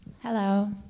Hello